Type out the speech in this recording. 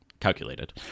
calculated